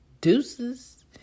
deuces